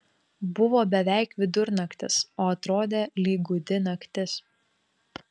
buvo beveik vidurnaktis o atrodė lyg gūdi naktis